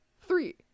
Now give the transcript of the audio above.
Three